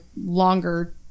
longer